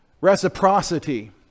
reciprocity